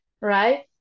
right